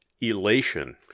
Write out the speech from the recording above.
Elation